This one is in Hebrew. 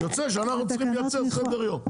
יוצא שאנחנו צריכים לייצר סדר-יום.